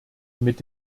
mit